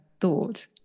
thought